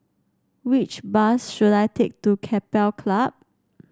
which bus should I take to Keppel Club